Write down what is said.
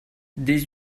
des